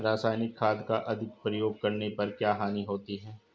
रासायनिक खाद का अधिक प्रयोग करने पर क्या हानि होती है?